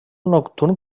nocturn